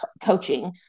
coaching